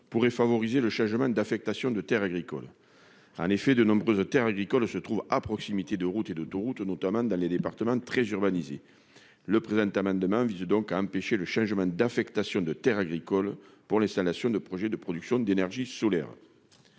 pourrait favoriser le changement d'affectation de terres agricoles. En effet, de nombreuses terres agricoles se trouvent à proximité de routes ou d'autoroutes, notamment dans les départements très urbanisés. Le présent amendement vise donc à empêcher le changement d'affectation de terres agricoles pour permettre l'installation de projets de production d'énergie solaire.